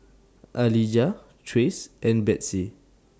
Alijah Trace and Betsey